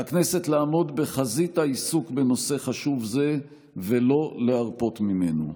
על הכנסת לעמוד בחזית העיסוק בנושא חשוב זה ולא להרפות ממנו.